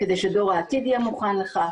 כדי שדור העתיד יהיה מוכן לכך.